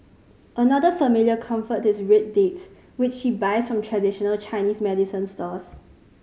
another familiar comfort is red dates which she buys from traditional Chinese medicine stores